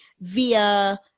via